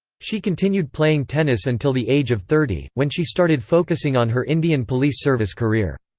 she continued playing tennis until the age of thirty, when she started focusing on her indian police service career.